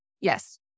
Yes